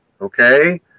okay